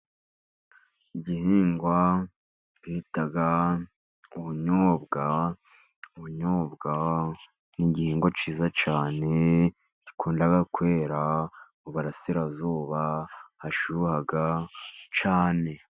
Igihingwa bita ubunyobwa, ubunyobwa ni igihingwa cyiza cyane gikunda kwera mu Burasirazuba hashyuha cyane.